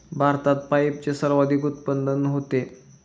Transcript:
भारतात पपईचे सर्वाधिक उत्पादन होते